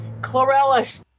chlorella